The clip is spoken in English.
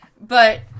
but-